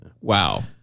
wow